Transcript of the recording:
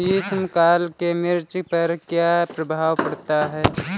ग्रीष्म काल में मिर्च पर क्या प्रभाव पड़ता है?